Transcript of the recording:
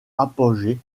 apogée